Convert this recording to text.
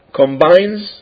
combines